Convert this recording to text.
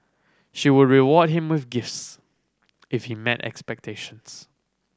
she would reward him with gifts if he met expectations